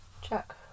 check